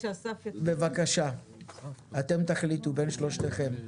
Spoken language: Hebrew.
בבקשה, אתם תחליטו בין שלושתכם.